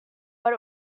but